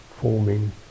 forming